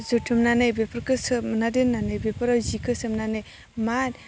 जुथुमनानै बेफोरखौ सोमना दोननानै बेफोराव जिखौ सोमनानै मा